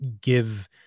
give